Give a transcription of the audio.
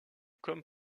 comme